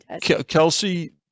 Kelsey